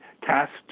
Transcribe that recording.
cast